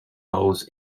holes